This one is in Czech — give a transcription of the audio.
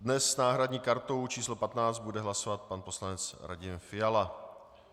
Dnes s náhradní kartou číslo 15 bude hlasovat pan poslanec Radim Fiala.